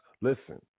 listen